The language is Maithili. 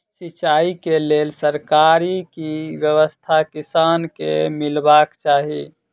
सिंचाई केँ लेल सरकारी की व्यवस्था किसान केँ मीलबाक चाहि?